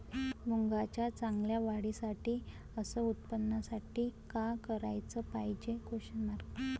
मुंगाच्या चांगल्या वाढीसाठी अस उत्पन्नासाठी का कराच पायजे?